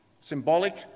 Symbolic